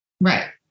Right